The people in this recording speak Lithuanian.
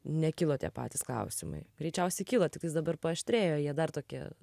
nekilo tie patys klausimai greičiausiai kilo tiktais dabar paaštrėjo jie dar tokie